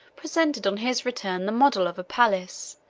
presented on his return the model of a palace,